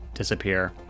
disappear